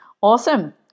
awesome